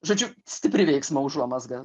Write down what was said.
žodžiu stipri veiksmo užuomazga